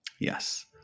Yes